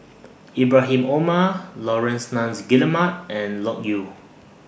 Ibrahim Omar Laurence Nunns Guillemard and Loke Yew